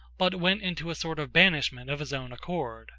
but went into a sort of banishment of his own accord